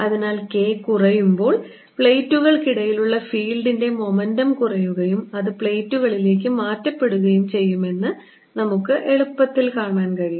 അതിനാൽ K കുറയുമ്പോൾ പ്ലേറ്റുകൾക്കിടയിലുള്ള ഫീൽഡിന്റെ മൊമെന്റം കുറയുകയും അത് പ്ലേറ്റുകളിലേക്ക് മാറ്റപ്പെടുകയും ചെയ്യുമെന്ന് നമുക്ക് എളുപ്പത്തിൽ കാണാൻ കഴിയും